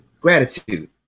Gratitude